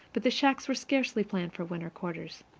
but the shacks were scarcely planned for winter quarters.